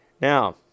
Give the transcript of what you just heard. Now